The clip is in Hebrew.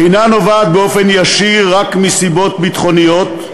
אינה נובעת באופן ישיר רק מסיבות ביטחוניות,